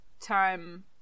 time